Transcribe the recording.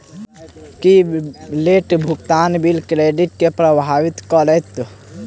की late भुगतान bill credit केँ प्रभावित करतै?